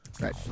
Right